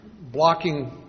blocking